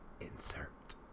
Insert